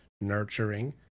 nurturing